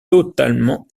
totalement